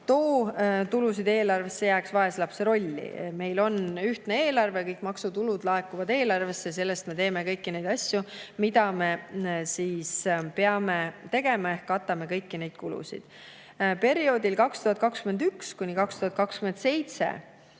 too tulu eelarvesse, jääks vaeslapse rolli. Meil on ühtne eelarve. Kõik maksutulud laekuvad eelarvesse. Selle [rahaga] me teeme kõiki neid asju, mida me peame tegema, ehk katame kõiki kulusid. Perioodil 2021–2027